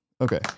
okay